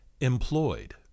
employed